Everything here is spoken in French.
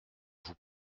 vous